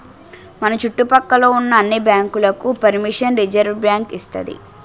మన చుట్టు పక్క లో ఉన్న అన్ని బ్యాంకులకు పరిమిషన్ రిజర్వుబ్యాంకు ఇస్తాది